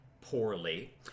poorly